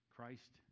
Christ